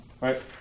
right